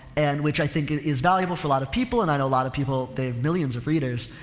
and which i think is, is valuable for a lot of people and i know a lot of people they have millions of readers.